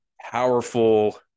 powerful –